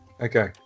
Okay